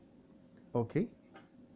okay